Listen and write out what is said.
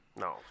No